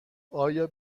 آیا